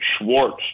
Schwartz